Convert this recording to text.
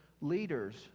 leaders